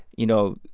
you know,